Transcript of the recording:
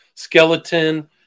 Skeleton